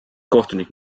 kohtunik